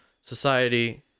Society